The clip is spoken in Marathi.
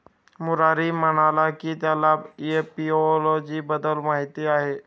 मुरारी म्हणाला की त्याला एपिओलॉजी बद्दल माहीत आहे